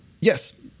yes